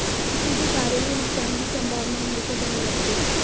किसी भी कार्य में नुकसान की संभावना हमेशा बनी रहती है